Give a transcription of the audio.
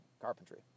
carpentry